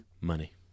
Money